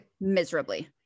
Miserably